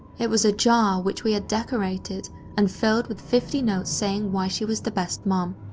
it was a jar which we had decorated and filled with fifty notes saying why she was the best mom.